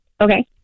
Okay